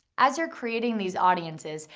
as you're creating these audiences,